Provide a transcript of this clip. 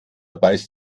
beißt